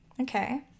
okay